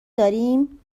داریم